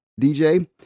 DJ